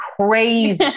crazy